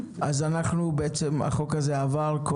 הצעת החוק הזאת עברה.